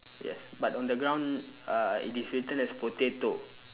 yes but on the ground uh it is written as potato